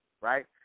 right